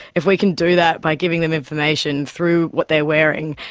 if we can do that by giving them information through what they're wearing,